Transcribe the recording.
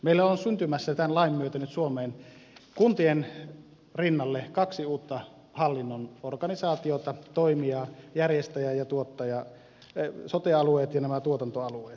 meille on syntymässä tämän lain myötä nyt suomeen kuntien rinnalle kaksi uutta hallinnon organisaatiota toimijaa järjestäjä ja tuottaja sote alueet ja nämä tuotantoalueet